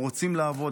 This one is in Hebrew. הם רוצים לעבוד.